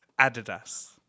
Adidas